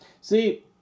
See